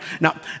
Now